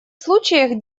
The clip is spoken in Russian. случаях